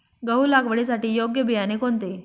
गहू लागवडीसाठी योग्य बियाणे कोणते?